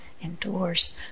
endures